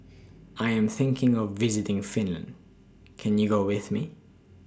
I Am thinking of visiting Finland Can YOU Go with Me